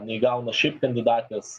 nei gauna šiaip kandidatės